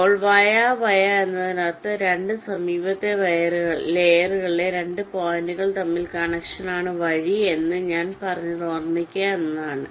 അപ്പോൾ via via എന്നതിനർത്ഥം 2 സമീപത്തെ ലെയറുകളിലെ 2 പോയിന്റുകൾ തമ്മിലുള്ള കണക്ഷനാണ് വഴി എന്ന് ഞാൻ പറഞ്ഞത് ഓർമ്മിക്കുക എന്നാണ്